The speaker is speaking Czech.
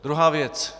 Druhá věc.